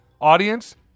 audience